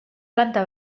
planta